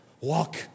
walk